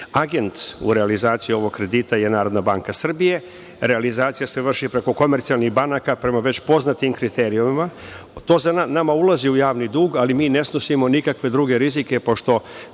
u realizaciji ovog kredita je NBS. Realizacija se vrši preko komercijalnih banaka prema već poznatim kriterijumima. To nama ulazi u javni dug, ali mi ne snosimo nikakve druge rizike, pošto